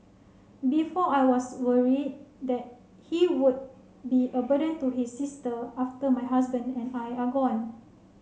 before I was worried that he would be a burden to his sister after my husband and I are gone